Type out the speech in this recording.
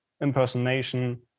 impersonation